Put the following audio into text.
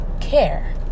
care